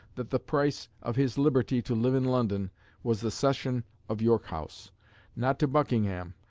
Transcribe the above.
that the price of his liberty to live in london was the cession of york house not to buckingham,